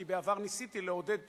כי בעבר ניסיתי לעודד שופטים,